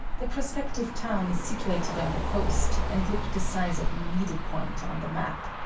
the prospective town is situated on the coast, and looked the size of a needle-point on the map.